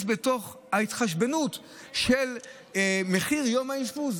בתוך ההתחשבנות של מחיר יום האשפוז,